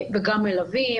גם מלווים,